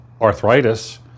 arthritis